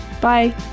Bye